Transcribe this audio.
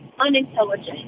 unintelligent